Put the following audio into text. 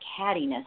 cattiness